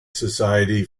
society